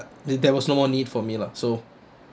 there was no more need for me lah so